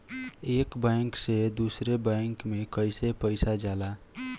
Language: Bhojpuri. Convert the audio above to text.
एक बैंक से दूसरे बैंक में कैसे पैसा जाला?